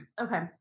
Okay